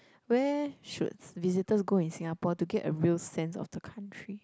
where should visitors go in Singapore to get a real sense of the country